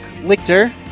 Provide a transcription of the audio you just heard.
Lichter